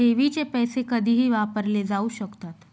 ठेवीचे पैसे कधीही वापरले जाऊ शकतात